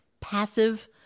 passive